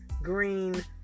Green